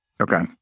Okay